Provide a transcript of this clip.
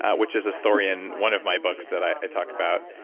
ah which is a story in one of my books that i talk about,